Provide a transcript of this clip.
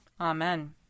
Amen